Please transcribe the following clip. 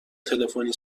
تلفنی